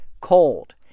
cold